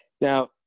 Now